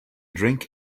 drink